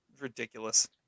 Ridiculous